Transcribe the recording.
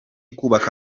kubaka